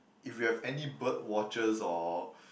if we have any bird watchers or